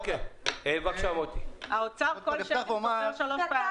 למה האוצר נתן?